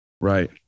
right